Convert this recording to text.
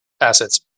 assets